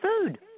food